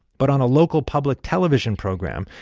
but on a local public television program,